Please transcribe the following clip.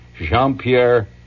Jean-Pierre